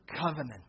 Covenant